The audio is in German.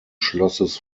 schlosses